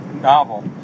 novel